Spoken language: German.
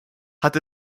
hat